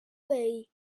veí